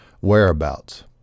whereabouts